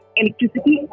electricity